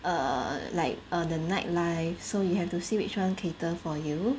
err like err the night life so you have to see which one cater for you